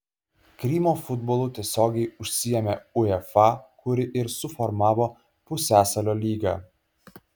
krymo futbolu tiesiogiai užsiėmė uefa kuri ir suformavo pusiasalio lygą